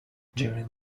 during